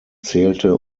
zählte